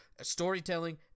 Storytelling